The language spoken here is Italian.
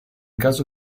caso